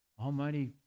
almighty